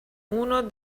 uno